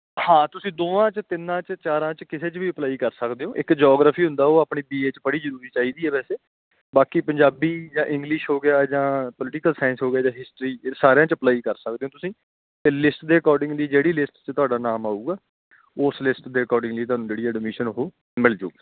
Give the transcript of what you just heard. ਹਾਂ ਤੁਸੀਂ ਦੋਵਾਂ 'ਚ ਤਿੰਨਾਂ 'ਚ ਚਾਰਾਂ 'ਚ ਕਿਸੇ 'ਚ ਵੀ ਅਪਲਾਈ ਕਰ ਸਕਦੇ ਹੋ ਇੱਕ ਜੋਗਰਫੀ ਹੁੰਦਾ ਉਹ ਆਪਣੀ ਬੀਏ 'ਚ ਪੜ੍ਹੀ ਜ਼ਰੂਰੀ ਚਾਹੀਦੀ ਹੈ ਵੈਸੇ ਬਾਕੀ ਪੰਜਾਬੀ ਜਾਂ ਇੰਗਲਿਸ਼ ਹੋ ਗਿਆ ਜਾਂ ਪੋਲੀਟੀਕਲ ਸਾਇੰਸ ਹੋ ਗਿਆ ਜਾਂ ਹਿਸਟਰੀ ਇਹ ਸਾਰਿਆਂ 'ਚ ਅਪਲਾਈ ਕਰ ਸਕਦੇ ਹੋ ਤੁਸੀਂ ਅਤੇ ਲਿਸਟ ਦੇ ਅਕੋਡਿੰਗਲੀ ਜਿਹੜੀ ਲਿਸਟ 'ਚ ਤੁਹਾਡਾ ਨਾਮ ਆਵੇਗਾ ਉਸ ਲਿਸਟ ਦੇ ਅਕੋਡਿੰਗਲੀ ਤੁਹਾਨੂੰ ਜਿਹੜੀ ਐਡਮਿਸ਼ਨ ਉਹ ਮਿਲ ਜੂਗੀ